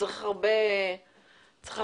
צריך הרבה אופטימיות.